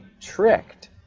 tricked